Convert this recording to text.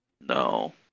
No